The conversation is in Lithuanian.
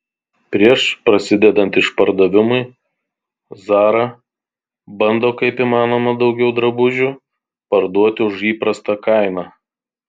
prieš prasidedant išpardavimui zara bando kaip įmanoma daugiau drabužių parduoti už įprastą kainą